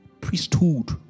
Priesthood